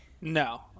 No